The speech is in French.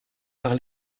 par